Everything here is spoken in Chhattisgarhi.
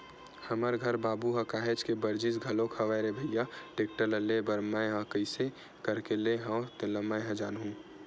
हमर घर बाबू ह काहेच के बरजिस घलोक हवय रे भइया टेक्टर ल लेय बर मैय ह कइसे करके लेय हव तेन ल मैय ह जानहूँ